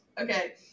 Okay